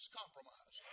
compromise